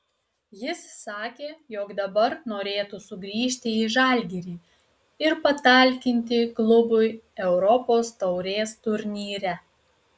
jis sakė jog dabar norėtų sugrįžti į žalgirį ir patalkinti klubui europos taurės turnyre